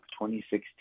2016